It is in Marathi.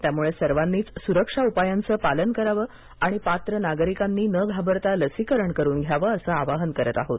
त्यामुळे सर्वांनीच सुरक्षा उपायांचं पालन करावं आणि पात्र नागरिकांनी न घाबरता लसीकरण करून घ्यावं असं आवाहन करत आहोत